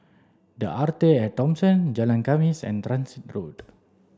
the Arte at Thomson Jalan Khamis and Transit Road